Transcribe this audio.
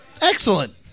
Excellent